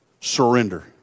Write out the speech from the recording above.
surrender